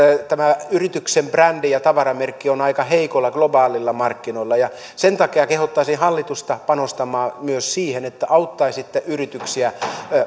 yrityksen brändi ja tavaramerkki ovat aika heikoilla globaaleilla markkinoilla sen takia kehottaisin hallitusta panostamaan myös siihen että auttaisitte yrityksiä